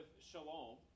Shalom